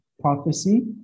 prophecy